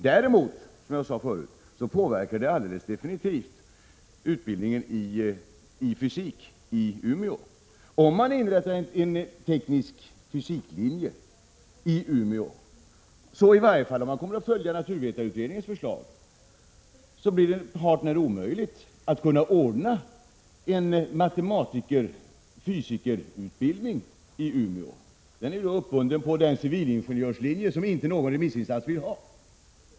Däremot påverkar det, som jag sade förut, alldeles definitivt utbildningen i fysik i Umeå. Om man inrättar en teknisk-fysiklinje i Umeå, så blir det, i varje fall om man följer naturvetarutredningens förslag, hart när omöjligt att ordna en matematik-fysikutbildning i Umeå. Den är då uppbunden på den civilingenjörslinje som inte någon remissinstans vill ha.